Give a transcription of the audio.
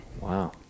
Wow